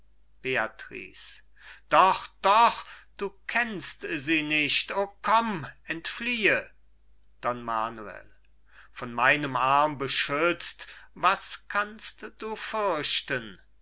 doch doch du kennst sie nicht o komm entfliehe don manuel von meinem arm beschützt was kannst du fürchten